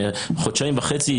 חודשיים וחצי,